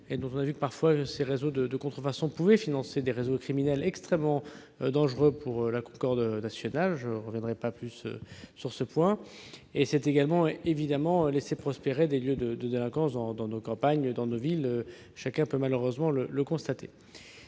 la contrefaçon, parfois les réseaux de contrefaçon peuvent financer des réseaux criminels extrêmement dangereux pour la concorde nationale. Je ne développerai pas davantage ce point. C'est également laisser prospérer des lieux de délinquance dans nos campagnes et nos villes ; chacun peut malheureusement le constater.